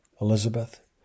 Elizabeth